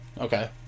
Okay